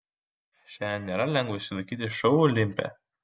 šiandien nėra lengva išsilaikyti šou olimpe